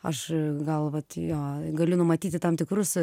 aš gal va jo galiu numatyti tam tikrus